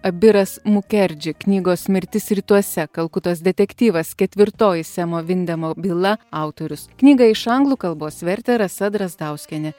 abiras mukerdži knygos mirtis rytuose kalkutos detektyvas ketvirtoji semo vindemo byla autorius knygą iš anglų kalbos vertė rasa drazdauskienė